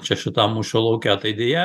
čia šitam mūšio lauke tai deja